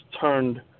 turned